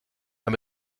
and